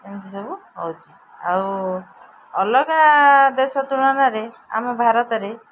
ଏମିତି ସବୁ ହେଉଛି ଆଉ ଅଲଗା ଦେଶ ତୁଳନାରେ ଆମ ଭାରତରେ